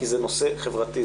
כי זה נושא חברתי.